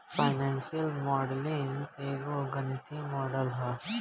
financial modelling एगो गणितीय model ह